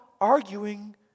arguing